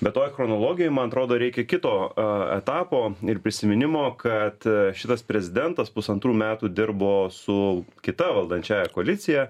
be toj chronologijoj man atrodo reikia kito a etapo ir prisiminimo kad šitas prezidentas pusantrų metų dirbo su kita valdančiąja koalicija